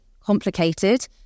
complicated